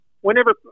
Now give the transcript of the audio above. whenever